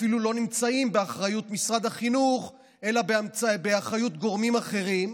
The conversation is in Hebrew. אפילו לא נמצאים באחריות משרד החינוך אלא באחריות גורמים אחרים,